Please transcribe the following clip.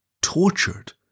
Tortured